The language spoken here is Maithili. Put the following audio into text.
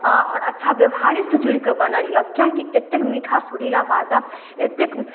आओर आओर अच्छा बेवहारेसँ जुड़िकऽ बनल अइ कियाकि एतेक मीठा सुरीला भाषा एतेक